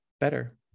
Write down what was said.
better